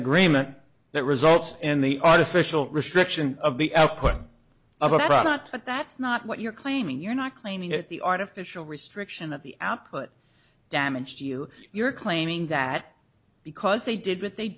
agreement that results in the artificial restriction of the output of a product but that's not what you're claiming you're not claiming that the artificial restriction of the output damage to you you're claiming that because they did what they